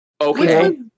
Okay